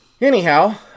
Anyhow